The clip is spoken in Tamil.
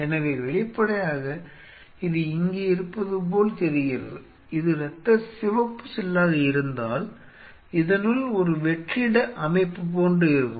எனவே வெளிப்படையாக இது இங்கே இருப்பது போல் தெரிகிறது இது இரத்த சிவப்பு செல்லாக இருந்தால் இதனுள் ஒரு வெற்றிட அமைப்பு போன்று இருக்கும்